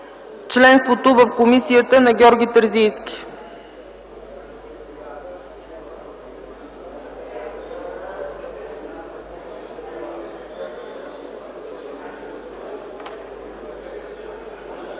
членството в комисията на Георги Терзийски.